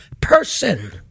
person